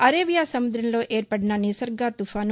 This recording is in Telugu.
ఆరేబియా సముదంలో ఏర్పడిన నిసర్గ తుపాను